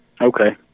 Okay